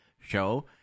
show